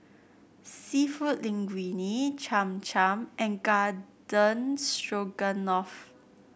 seafood Linguine Cham Cham and Garden Stroganoff